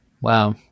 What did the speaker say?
Wow